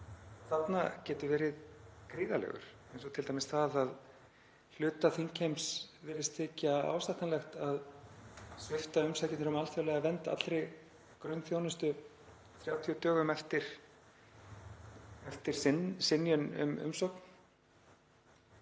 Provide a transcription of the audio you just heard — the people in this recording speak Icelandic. þarna getur verið gríðarlegur, eins og t.d. það að hluta þingheims virðist þykja ásættanlegt að svipta umsækjendur um alþjóðlega vernd allri grunnþjónustu 30 dögum eftir synjun um umsókn.